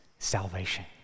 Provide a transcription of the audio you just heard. salvation